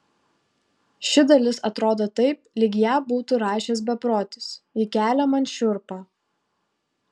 ši dalis atrodo taip lyg ją būtų rašęs beprotis ji kelia man šiurpą